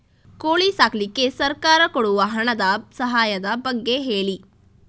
ಕೋಳಿ ಸಾಕ್ಲಿಕ್ಕೆ ಸರ್ಕಾರ ಕೊಡುವ ಹಣದ ಸಹಾಯದ ಬಗ್ಗೆ ಹೇಳಿ